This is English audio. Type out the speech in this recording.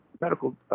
medical